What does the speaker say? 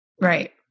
Right